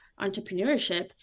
entrepreneurship